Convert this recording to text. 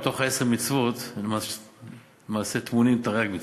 בתוך עשר המצוות למעשה טמונות תרי"ג מצוות.